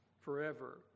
forever